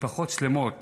משפחות שלמות